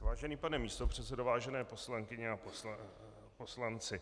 Vážený pane místopředsedo, vážené poslankyně a poslanci.